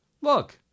look